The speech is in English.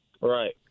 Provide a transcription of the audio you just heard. Right